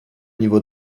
niveau